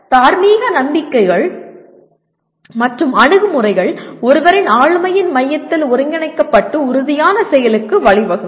தார்மீக நம்பிக்கைகள் மற்றும் அணுகுமுறைகள் ஒருவரின் ஆளுமையின் மையத்தில் ஒருங்கிணைக்கப்பட்டு உறுதியான செயலுக்கு வழிவகுக்கும்